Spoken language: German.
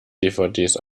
dvds